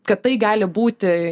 kad tai gali būti